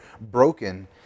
broken